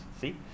see